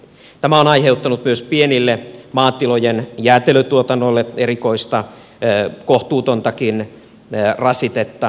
tämä on aiheuttanut myös pienelle maatilojen jäätelötuotannolle erikoista kohtuutontakin rasitetta